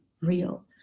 real